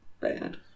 Bad